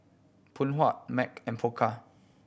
Phoon Huat Mac and Pokka